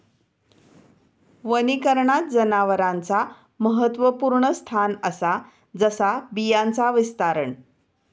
वनीकरणात जनावरांचा महत्त्वपुर्ण स्थान असा जसा बियांचा विस्तारण